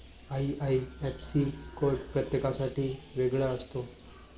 IIFC code प्रत्येकासाठी वेगळा असतो